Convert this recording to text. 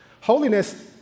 Holiness